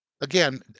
again